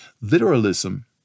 Literalism